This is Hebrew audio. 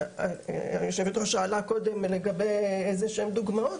היושבת-ראש שאלה קודם לגבי דוגמאות,